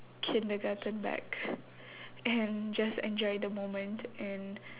kindergarten back and just enjoy the moment and